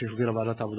שהחזירה ועדת העבודה,